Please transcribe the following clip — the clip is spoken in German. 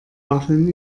waffeln